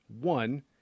One